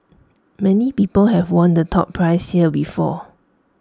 many people have won the top prize here before